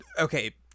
Okay